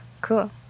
cool